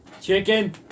Chicken